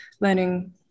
learning